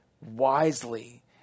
wisely